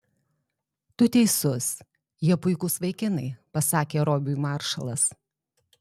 tu teisus jie puikūs vaikinai pasakė robiui maršalas